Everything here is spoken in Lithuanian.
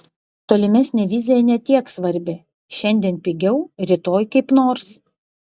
tolimesnė vizija ne tiek svarbi šiandien pigiau rytoj kaip nors